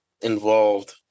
involved